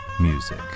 music